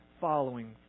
following